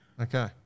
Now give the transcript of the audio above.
Okay